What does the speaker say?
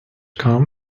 come